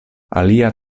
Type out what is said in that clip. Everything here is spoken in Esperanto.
alia